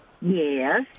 Yes